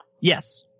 Yes